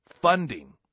funding